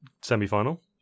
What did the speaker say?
semi-final